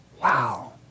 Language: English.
Wow